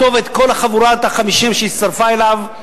אותו ואת כל חבורת החמישה שהצטרפה אליו.